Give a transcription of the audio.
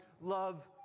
love